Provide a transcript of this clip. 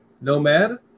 Nomad